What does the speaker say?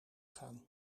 gaan